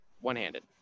one-handed